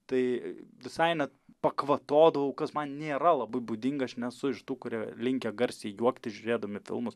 tai visai net pakvatodavau kas man nėra labai būdinga aš nesu iš tų kurie linkę garsiai juoktis žiūrėdami filmus